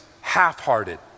half-hearted